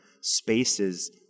spaces